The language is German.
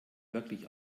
wirklich